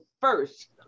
first